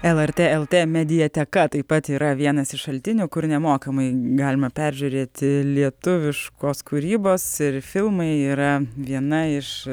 elartė eltė mediateka taip pat yra vienas iš šaltinių kur nemokamai galima peržiūrėti lietuviškos kūrybos ir filmai yra viena iš